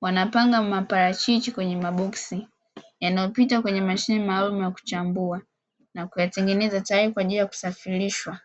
wanapanga maparachichi kwenye maboksi yanayopita kwenye mashine maalumu ya kuchambua na kuyatengeneza tayari kwajili ya kusafirishwa.